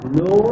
no